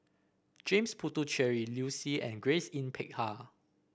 James Puthucheary Liu Si and Grace Yin Peck Ha